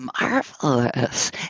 marvelous